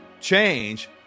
change